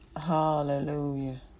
Hallelujah